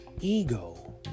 ego